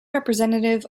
representative